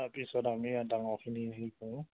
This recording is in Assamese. তাৰপিছত আমি এ ডাঙৰখিনি কৰোঁ